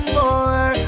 more